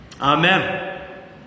Amen